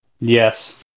Yes